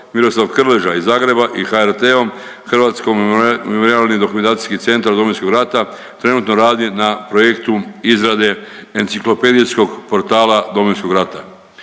Miroslav Krleža iz Zagreba i HRT-om, Hrvatsko memorijalni dokumentacijski centar Domovinskog rata trenutno radi na projektu izrade enciklopedijskog portala Domovinskog rata.